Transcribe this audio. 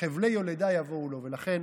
"חבלי יולדה יבואו לו", ולכן